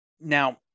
Now